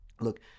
look